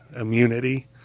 immunity